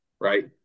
right